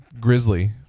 Grizzly